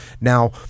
now